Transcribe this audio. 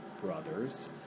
brothers